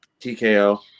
TKO